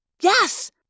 Yes